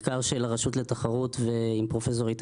מחקר של הרשות לתחרות עם פרופסור איתי